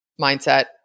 mindset